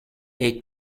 est